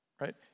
right